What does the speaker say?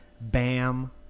bam